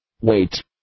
Wait